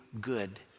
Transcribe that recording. good